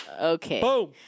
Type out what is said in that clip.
Okay